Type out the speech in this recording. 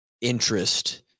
interest